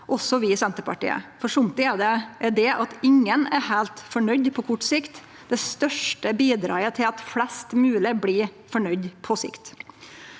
også vi i Senterpartiet. For somtid er det at ingen er heilt fornøgd på kort sikt, det største bidraget til at flest mogleg blir fornøgde på sikt.